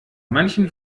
manchen